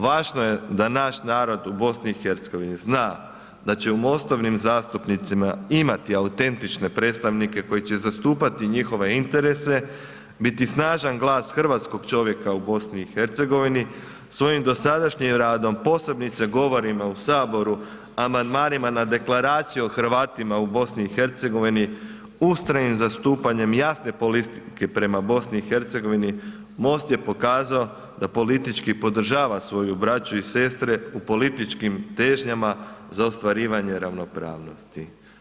Važno je da naš narod u BiH zna da će u MOST-ovim zastupnicima imati autentične predstavnike koji će zastupati njihove interese, biti snažan glas hrvatskog čovjeka u BiH, svojim dosadašnjim radom, posebice govorima u Saboru, amandmanima na Deklaraciju o Hrvatima u BiH, ustrajnim zastupanjem jasne politike prema BiH, MOST je pokazao da politički podržava svoju braću i sestre u političkim težnjama za ostvarivanje ravnopravnosti.